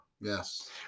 Yes